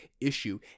issue